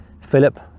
philip